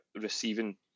receiving